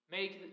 Make